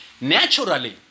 naturally